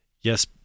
yes